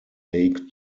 lake